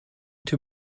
too